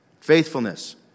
Faithfulness